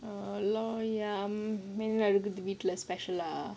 err lol ya I me~ mean like you not going to be less special lah